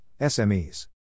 SMEs